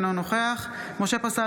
אינו נוכח משה פסל,